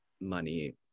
money